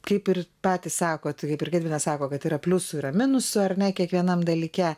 kaip ir patys sakot kaip ir gedvinas sako kad yra pliusų ir minusų ar ne kiekvienam dalyke